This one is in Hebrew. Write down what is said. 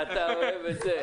איך אתה אוהב את זה.